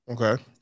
Okay